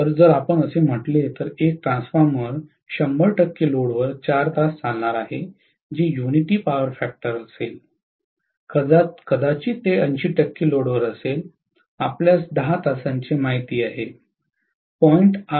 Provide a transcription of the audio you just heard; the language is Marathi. तर जर आपण असे म्हटले तर एक ट्रान्सफॉर्मर १०० लोडवर 4 तास चालणार आहे जे युनिटी पॉवर फॅक्टर कदाचित ते 80 टक्के लोडवर असेल आपल्यास १० तासांचे माहित आहे ०